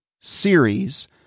series